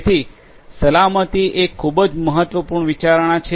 જેથી સલામતી એ ખૂબ જ મહત્વપૂર્ણ વિચારણા છે